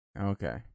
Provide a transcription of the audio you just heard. Okay